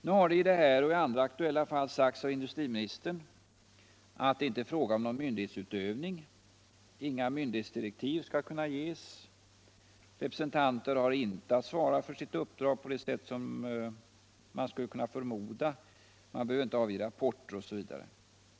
Nu har det i detta och i andra aktuella fall sagts av industriministern att det inte är fråga om någon myndighetsutövning. Inga myndighetsdirektiv skall kunna ges. Representanter har inte att svara för sitt uppdrag på det sätt som man kunde förmoda. De behöver inte avge rapporter osv.